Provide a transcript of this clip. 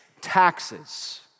taxes